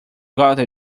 gotten